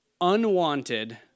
unwanted